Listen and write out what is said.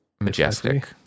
majestic